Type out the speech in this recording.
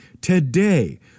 Today